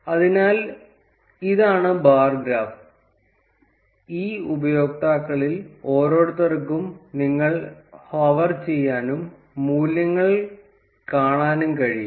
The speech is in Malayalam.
അതിനാൽ ഇതാണ് ബാർ ഗ്രാഫ് ഈ ഉപയോക്താക്കളിൽ ഓരോരുത്തർക്കും നിങ്ങൾക്ക് ഹോവർ ചെയ്യാനും മൂല്യങ്ങൾ കാണാനും കഴിയും